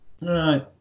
Right